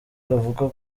avuga